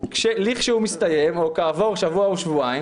כשהוא יסתיים או כעבור שבוע או שבועיים,